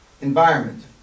environment